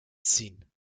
ziehen